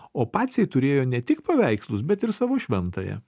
o paciai turėjo ne tik paveikslus bet ir savo šventąją